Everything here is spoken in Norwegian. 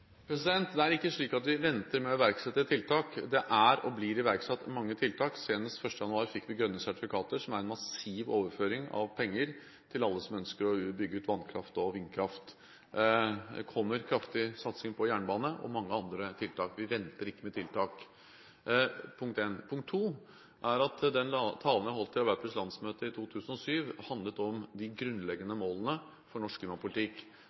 Det er ikke slik at vi venter med å iverksette tiltak. Det er og blir iverksatt mange tiltak. Senest 1. januar fikk vi grønne sertifikater, som er en massiv overføring av penger til alle som ønsker å bygge ut vannkraft og vindkraft. Det kommer kraftig satsing på jernbane og mange andre tiltak. Vi venter ikke med tiltak – punkt én. Punkt to er at den talen jeg holdt på Arbeiderpartiets landsmøte i 2007, handlet om de grunnleggende målene for norsk klimapolitikk.